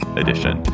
edition